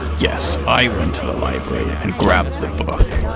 yes, i went to the library and grabbed the book,